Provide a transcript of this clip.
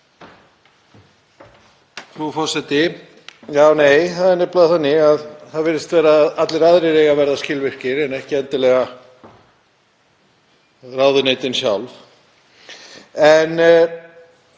Frú forseti. Nei, það er nefnilega þannig að það virðist vera að allir aðrir eigi að vera skilvirkir en ekki endilega ráðuneytin sjálf. En